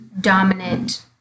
dominant